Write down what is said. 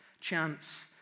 chance